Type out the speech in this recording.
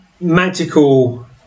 magical